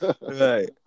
right